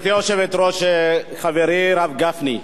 גברתי היושבת-ראש, חברי הרב גפני,